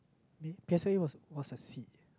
me P_S_L_E was was a C